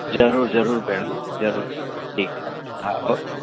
ज़रूरु ज़रूरु भेण ज़रूरु ठीकु आहे हा ओके